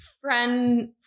friend